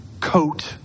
coat